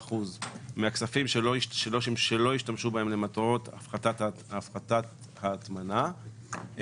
35% מהכספים שלא השתמשו בהם למטרות הפחתת ההטמנה,